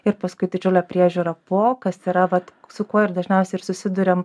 ir paskui didžiulė priežiūra po kas yra vat su kuo ir dažniausiai ir susiduriam